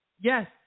yes